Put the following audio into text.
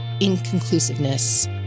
inconclusiveness